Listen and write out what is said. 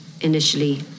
initially